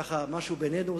ככה משהו בינינו,